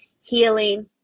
healing